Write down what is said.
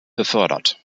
befördert